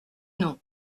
non